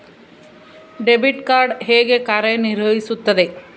Debit card ಹೇಗೆ ಕಾರ್ಯನಿರ್ವಹಿಸುತ್ತದೆ?